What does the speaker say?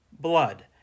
blood